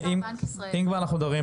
אם כבר אנחנו מדברים,